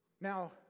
Now